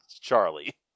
Charlie